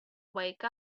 wake